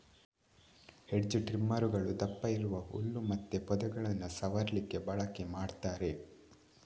hedge ಟ್ರಿಮ್ಮರುಗಳು ದಪ್ಪ ಇರುವ ಹುಲ್ಲು ಮತ್ತೆ ಪೊದೆಗಳನ್ನ ಸವರ್ಲಿಕ್ಕೆ ಬಳಕೆ ಮಾಡ್ತಾರೆ